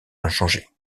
inchangée